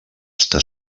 està